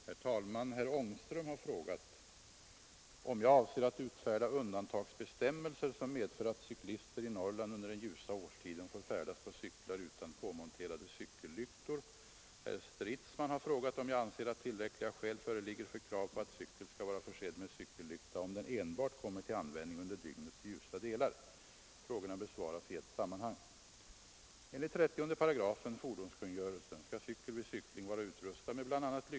Herr talman! Herr Ångström har frågat om jag avser att utfärda undantagsbestämmelser som medför att cyklister i Norrland under den ljusa årstiden får färdas på cyklar utan påmonterade cykellyktor. Herr Stridsman har frågat om jag anser att tillräckliga skäl föreligger för krav på att cykel skall vara försedd med cykellykta om den enbart kommer till användning under dygnets ljusa delar.